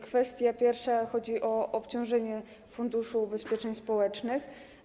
Kwestia pierwsza dotyczy obciążenia Funduszu Ubezpieczeń Społecznych.